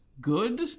good